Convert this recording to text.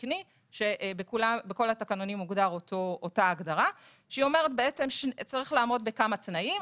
ובכל התקנונים מוגדרת אותה הגדרה שהיא אומרת שצריך לעמוד בכמה תנאים.